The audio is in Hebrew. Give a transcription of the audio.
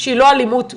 שהיא לא אלימות מינית?